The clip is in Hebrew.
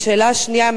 שאלה שנייה,